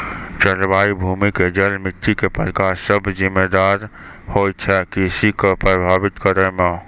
जलवायु, भूमि के जल, मिट्टी के प्रकार सब जिम्मेदार होय छै कृषि कॅ प्रभावित करै मॅ